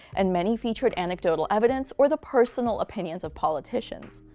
and many featured anecdotal evidence, or the personal opinions of politicians.